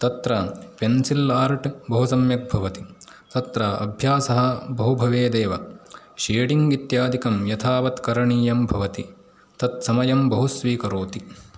तत्र pencil art बहु सम्यक् भवति तत्र अभ्यासः बहु भवेदेव शेडिङ्ग् इत्यादिकं यथावत् करणीयं भवति तत् समयं बहु स्वीकरोति